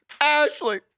Ashley